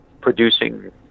producing